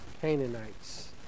Canaanites